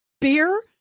beer